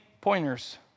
pointers